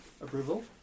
approval